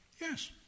Yes